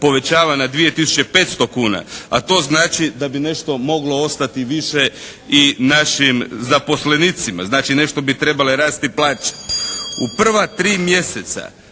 povećava na 2 tisuće 500 kuna a to znači da bi nešto moglo ostati više i našim zaposlenicima, znači nešto bi trebale rasti plaće. U prva tri mjeseca